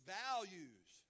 values